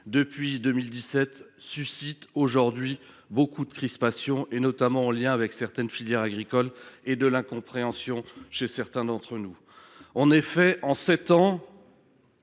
en 2017, suscite aujourd’hui beaucoup de crispations, notamment au sein de plusieurs filières agricoles, et de l’incompréhension chez certains d’entre nous. En effet, en sept ans,